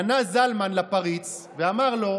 פנה זלמן לפריץ ואמר לו: